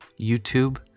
YouTube